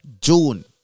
June